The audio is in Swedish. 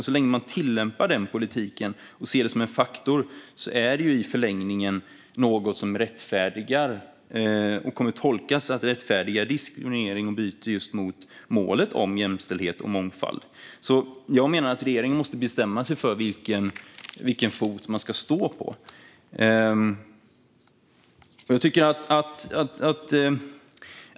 Så länge man tillämpar den politiken och ser detta som en faktor är det i förlängningen något som rättfärdigar och kommer att tolkas som att det rättfärdigar diskriminering, och detta bryter mot just målet om jämställdhet och mångfald. Jag menar att regeringen måste bestämma sig för vilken fot man ska stå på.